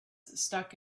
stuck